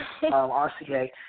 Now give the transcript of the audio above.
RCA